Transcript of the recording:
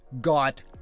got